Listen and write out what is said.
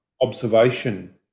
observation